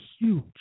huge